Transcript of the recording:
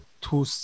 two